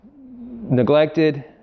neglected